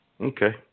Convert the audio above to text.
okay